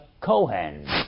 Cohen